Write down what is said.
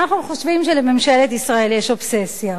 אנחנו חושבים שלממשלת ישראל יש אובססיה,